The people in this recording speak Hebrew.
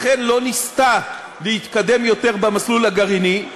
לכן לא ניסתה להתקדם יותר במסלול הגרעיני.